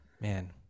man